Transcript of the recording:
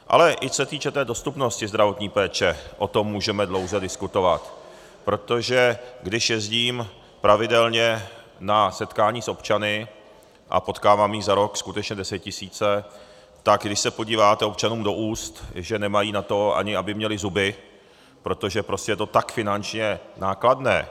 Ale i co se týče dostupnosti zdravotní péče, o tom můžeme dlouze diskutovat, protože když jezdím pravidelně na setkání s občany, a potkávám jich za rok skutečně desetitisíce, tak když se podíváte občanům do úst, tak nemají ani na to, aby měli zuby, protože je to prostě tak finančně nákladné.